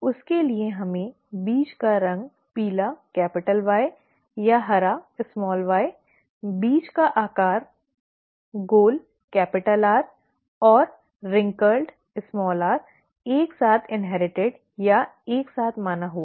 उसके लिए हमें बीज का रंग पीला या हरा बीज आकार गोल और झुर्रीदार एक साथ इन्हेरिटिड या एक साथ माना हुआ